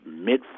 mid